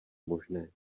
možné